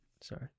sorry